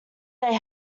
they